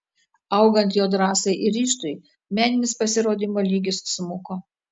augant jo drąsai ir ryžtui meninis pasirodymo lygis smuko